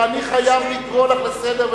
שעליה אני חייב לקרוא לך לסדר,